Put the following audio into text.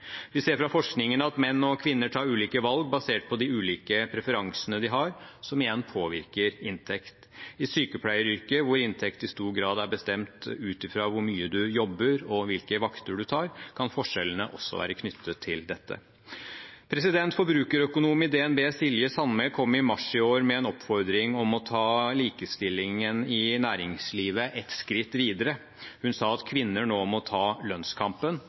Vi ser fra forskningen at menn og kvinner tar ulike valg basert på de ulike preferansene de har, som igjen påvirker inntekt. I sykepleieryrket, hvor inntekt i stor grad er bestemt ut fra hvor mye man jobber, og hvilke vakter man tar, kan forskjellene også være knyttet til dette. Forbrukerøkonom i DNB Silje Sandmæl kom i mars i år med en oppfordring om å ta likestillingen i næringslivet ett skritt videre. Hun sa at kvinner nå må ta lønnskampen,